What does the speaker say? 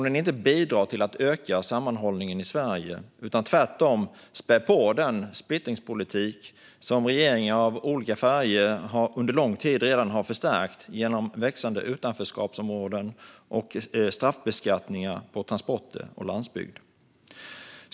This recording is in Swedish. Det bidrar inte till att öka sammanhållningen i Sverige utan spär tvärtom på den splittringspolitik som regeringar av olika färger under lång tid redan har förstärkt genom växande utanförskapsområden och straffbeskattningar på transporter och landsbygd.